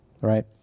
right